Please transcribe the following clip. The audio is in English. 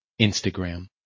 Instagram